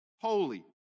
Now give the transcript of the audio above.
Holy